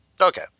Okay